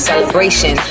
celebration